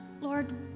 Lord